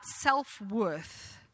self-worth